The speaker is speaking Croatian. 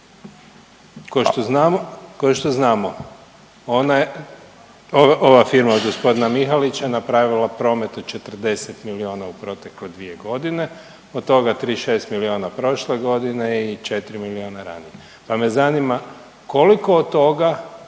ko što znamo ova firma od g. Mihalića napravila promet od 40 milijuna u protekle dvije godine od toga 36 milijuna prošle godine i 4 milijuna ranije. Pa me zanima koliko od toga